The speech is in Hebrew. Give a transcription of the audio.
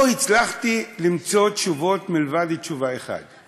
לא הצלחתי למצוא תשובות מלבד תשובה אחת,